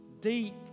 deep